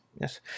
Yes